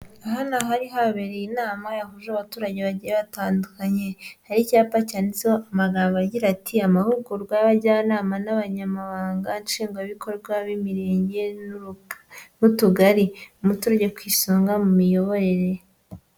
Aha ni ahari habereye inama yahuje abaturage bagiye batandukanye, hari icyapa cyanditseho amagamboga agira ati: "Amahugurwa y'abajyanama n'abanyamabanga nshingwabikorwa b'Imirenge n'utugari, umuturage ku isonga mu miyoborere."